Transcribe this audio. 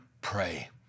pray